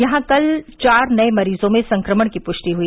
यहां कल चार नए मरीजों में संक्रमण की पुष्टि हुई